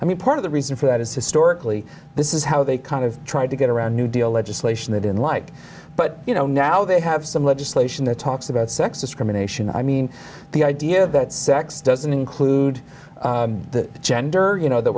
i mean part of the reason for that is historically this is how they kind of try to get around new deal legislation that in light but you know now they have some legislation that talks about sex discrimination i mean the idea that sex doesn't include the gender you know that